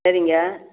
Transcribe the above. சரிங்க